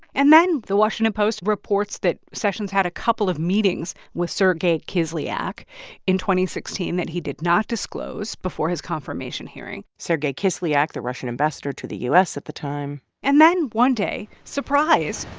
and then the washington post reports that sessions had a couple of meetings with sergey kislyak in two sixteen that he did not disclose before his confirmation hearing sergey kislyak the russian ambassador to the u s. at the time and then, one day, surprise.